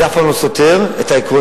זה אף פעם לא סותר את העקרונות,